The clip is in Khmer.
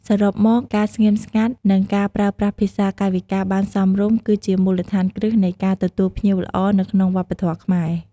សរុបមក ការស្ងៀមស្ងាត់ និងការប្រើប្រាស់ភាសាកាយវិការបានសមរម្យ គឺជាមូលដ្ឋានគ្រឹះនៃការទទួលភ្ញៀវល្អនៅក្នុងវប្បធម៌ខ្មែរ។